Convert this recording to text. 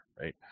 right